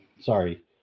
sorry